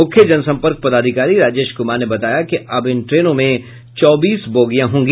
मुख्य जनसंपर्क पदाधिकारी राजेश कुमार ने बताया कि अब इन ट्रेनों में चौबीस बोगियां होंगी